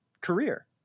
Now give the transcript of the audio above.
career